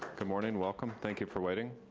good morning, welcome, thank you for waiting.